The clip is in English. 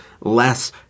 less